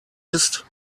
ist